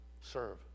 Serve